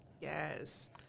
Yes